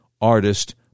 artist